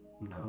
No